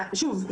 שוב,